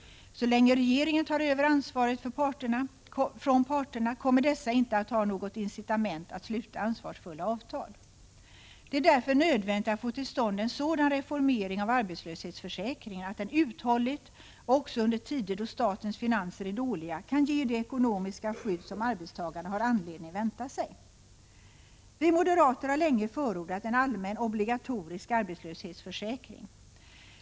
Så länge regeringen tar över ansvaret från parterna, kommer dessa inte att ha något incitament att sluta ansvarsfulla avtal. Det är därför nödvändigt att få till stånd en sådan reformering av arbetslöshetsförsäkringen att den uthålligt och också under tider då statens finanser är dåliga kan ge det ekonomiska skydd som arbetstagarna har anledning vänta sig. Vi moderater har länge förordat en allmän, obligatorisk arbetslöshetsförsäkring.